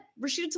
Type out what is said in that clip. Rashida